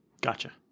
Gotcha